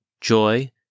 joy